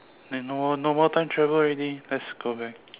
then no no more time travel already let's go back